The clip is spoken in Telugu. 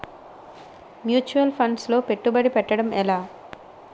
ముచ్యువల్ ఫండ్స్ లో పెట్టుబడి పెట్టడం ఎలా?